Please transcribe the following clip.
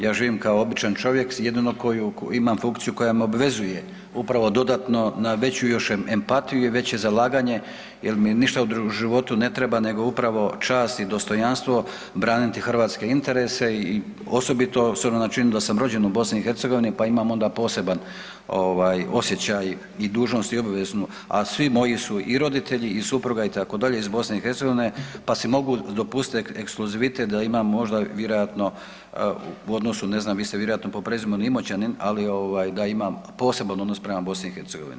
Ja živim kao običan čovjek i imam jednu funkciju koja me obvezuje upravo dodatno na još veću empatiju i veće zalaganje jer mi ništa u životu ne treba nego upravo čast i dostojanstvo braniti hrvatske interese i osobito s obzirom na činjenicu da sam rođen u BiH pa imam onda poseban osjećaj i dužnost i obavezu, a svi moji i roditelji i supruga itd. iz BiH pa si mogu dopustiti ekskluzivitet da imam možda vjerojatno u odnosu ne znam, vi ste vjerojatno po prezimenu Imoćanin ali da imam poseban odnos prema BiH.